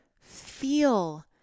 feel